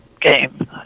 game